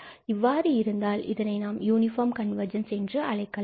இவ்வாறு இருந்தால் பின்பு இதனை யூனிபார்ம் கன்வர்ஜென்ஸ் என்றும் அழைக்கலாம்